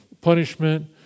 punishment